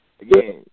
Again